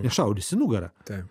nes šaudys į nugarą